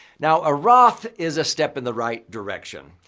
now, a roth is a step in the right direction.